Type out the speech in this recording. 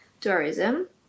tourism